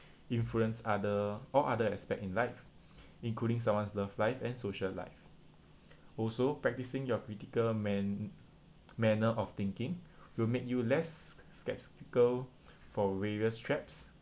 influence other all other aspect in life including someone's love life and social life also practicing your critical man~ manner of thinking will make you less skeptical for various traps